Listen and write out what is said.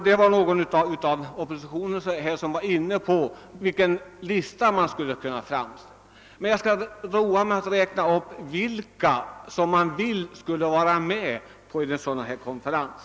Det var någon representant för oppositionen som nyss talade om vilken önskelista man skulle kunna göra upp beträffande de frågor som bör behandlas vid en stabiliseringskonferens. Jag skall för min del roa mig med att räkna upp vilka deltagare man vill ha vid en sådan konferens.